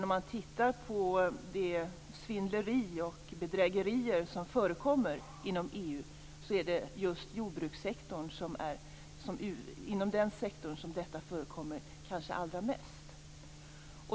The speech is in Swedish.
Om man tittar på det svindleri och de bedrägerier som förekommer inom EU är det just inom jordbrukssektorn som det förekommer kanske allra mest.